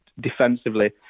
defensively